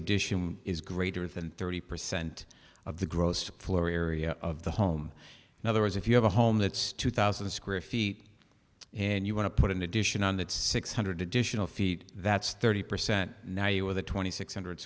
addition is greater than thirty percent of the gross floor area of the home in other words if you have a home that's two thousand square feet and you want to put an addition on that six hundred additional feet that's thirty percent now you with a twenty six hundred